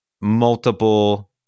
multiple